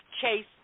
Chase